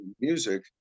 music